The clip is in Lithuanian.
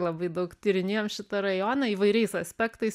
labai daug tyrinėjom šitą rajoną įvairiais aspektais